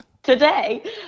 today